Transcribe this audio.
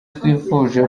twifuje